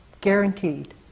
guaranteed